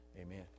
amen